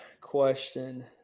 question